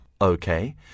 Okay